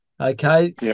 Okay